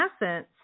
essence